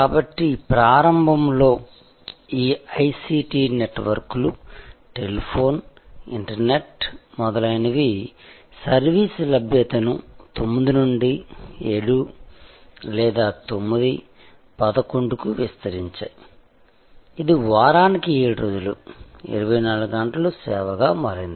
కాబట్టి ప్రారంభంలో ఈ ICT నెట్వర్క్లు టెలిఫోన్ ఇంటర్నెట్ మొదలైనవి సర్వీసు లభ్యతను 9 నుండి 7 లేదా 9 11 కి విస్తరించాయి ఇది వారానికి 7 రోజులు 24 గంటల సేవగా మారింది